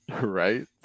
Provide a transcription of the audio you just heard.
Right